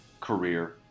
career